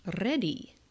Ready